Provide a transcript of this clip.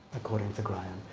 according to graham.